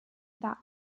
that